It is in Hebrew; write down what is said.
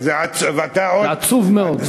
זה עצוב מאוד.